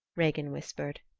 regin whispered.